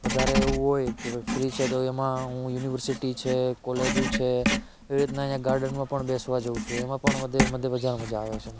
વધારે એવું હોય કે ભાઈ ફ્રી છે તો એમા હું યુનિવરસિટી છે કોલેજો છે એવી રીતના અહીંયા ગાર્ડનમાં પણ બેસવા જાઉં છું એમાં પણ વધે બધે મજા મજા આવે છે